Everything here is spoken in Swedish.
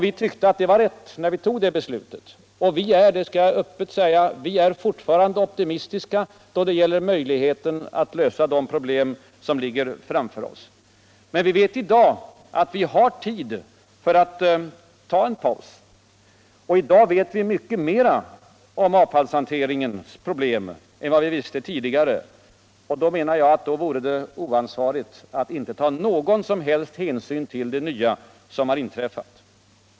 Vi tyckie att beslutet var riktigt när vi fattade det. Vi är förtfarande - det skall jag öppet säga — optuimistiska när det giäller möjligheten att lösa de problem som ligger framför oss. Men vi vet all vi I dag har tid att ta en paus. I dag vet vi också mycket mer om avfallshanteringens problem än vad vi visste tidigare. Jag anser avt det vore oansvarigt att inte ta någon som helst hänsyn ult det nva som inträffat.